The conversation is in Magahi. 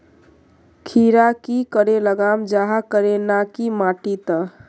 खीरा की करे लगाम जाहाँ करे ना की माटी त?